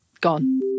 Gone